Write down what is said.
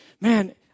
man